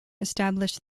established